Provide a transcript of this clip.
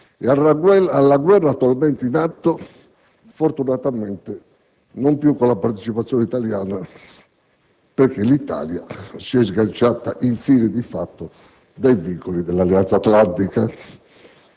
alla guerra attualmente in atto, fortunatamente non più con la partecipazione italiana, perché l'Italia si è sganciata infine di fatto dai vincoli dell'Alleanza atlantica.